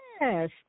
Yes